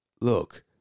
look